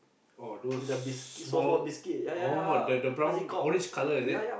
oh those small oh the the brown orange color is it